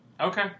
Okay